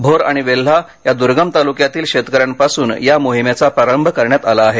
भोर आणि वेल्हा या द्र्गम तालुक्यातील शेतकऱ्यांपासून या मोहिमेचा प्रारंभ करण्यात आला आहे